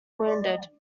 wounded